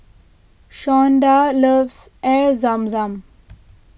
Shawnda loves Air Zam Zam